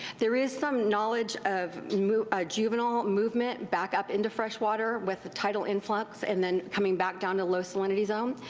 there is some knowledge of ah juvenile movement back up into fresh water with tidal influx and then coming back down to low salinity zone.